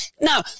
No